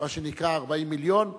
מה שנקרא 40 מיליון,